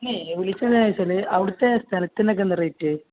ഈ വിളിച്ചത് എന്താണെന്ന് വെച്ചാൽ അവിടുത്തെ സ്ഥലത്തിനൊക്കെ എന്താണ് റേറ്റ്